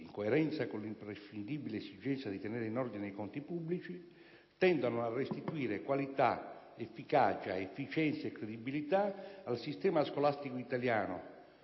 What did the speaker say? in coerenza con l'imprescindibile esigenza di tenere in ordine i conti pubblici, tendono a restituire qualità, efficacia, efficienza e credibilità al sistema scolastico italiano,